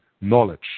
knowledge